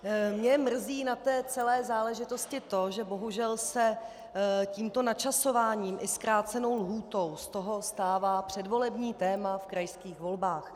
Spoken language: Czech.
Mě mrzí na té celé záležitosti to, že bohužel se tímto načasováním i zkrácenou lhůtou z toho stává předvolební téma v krajských volbách.